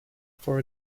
for